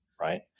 right